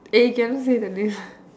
eh cannot say the name